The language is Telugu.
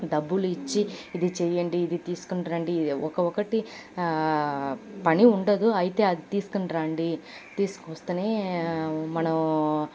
డబ్బులు ఇచ్చి ఇది చేయండి ఇది తీస్కోని రండీ ఒక ఒకటి పని ఉండదు అయితే అది తీస్కోని రండీ తీసుకొస్తెనే మనం